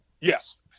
Yes